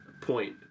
point